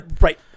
Right